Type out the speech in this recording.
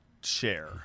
share